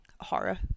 horror